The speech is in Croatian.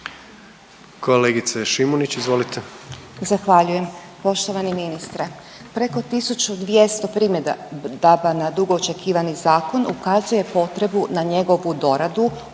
Kolegice Šimunić, izvolite.